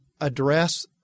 address